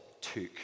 took